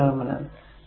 ഇത് ഒരു ടെർമിനൽ